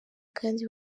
kandi